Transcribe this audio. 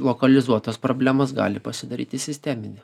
lokalizuotos problemos gali pasidaryti sisteminė